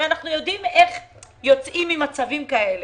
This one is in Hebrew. הרי אנחנו יודעים איך יוצאים ממצבים כאלה.